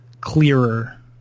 clearer